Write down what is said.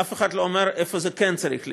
ואף אחד לא אומר איפה זה כן צריך להיות.